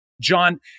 John